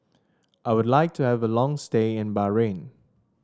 I would like to have a long stay in Bahrain